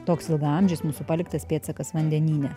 toks ilgaamžis mūsų paliktas pėdsakas vandenyne